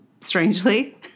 Strangely